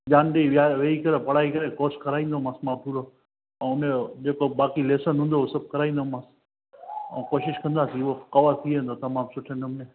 ध्यानु ॾेई विया वेही करे पढ़ाई करे कोर्स कराईंदो मां पूरो ऐं जेको बाक़ी लेसन हूंदो सभु कराईंदो मां ऐं कोशिशि कंदासीं उहो कवर थी वेंदो तमामु सुठे नमूने